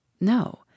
No